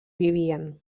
vivien